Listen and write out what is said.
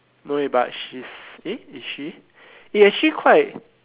no eh but she's eh is she eh actually quite